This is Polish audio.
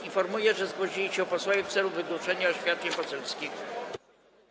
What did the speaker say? Informuję, że zgłosili się posłowie w celu wygłoszenia oświadczeń poselskich.